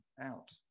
out